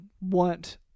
want